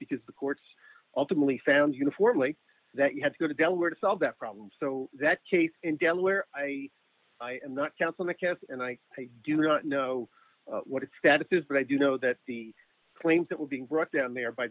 because the courts ultimately found uniformly that you had to go to delaware to solve that problem so that case in delaware i not counsel the case and i do not know what its status is but i do know that the claims that were being brought down there by